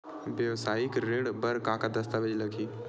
वेवसायिक ऋण बर का का दस्तावेज लगही?